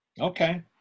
Okay